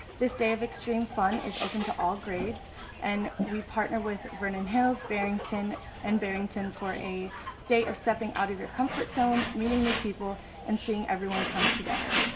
this day of extreme fun is open to all grades and we partner with vernon hills, and barrington for a day of stepping out of your comfort zone, meeting new people and seeing everyone come together.